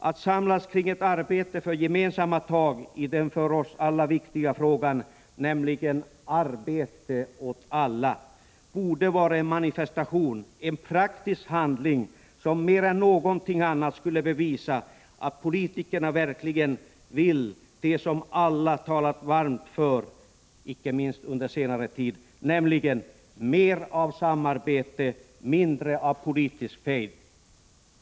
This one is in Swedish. Att samlas kring ett arbete för gemensamma tag i den här för oss alla så viktiga frågan, nämligen frågan om arbete åt alla, borde vara en manifestation, en praktisk handling, som mer än någonting annat skulle bevisa att politikerna verkligen vill åstadkomma det som alla har talat varmt för — icke minst under den senaste tiden: mer av samarbete och mindre av politisk fejd.